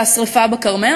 השרפה בכרמל,